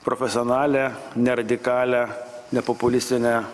profesionalią neradikalią nepopulistinę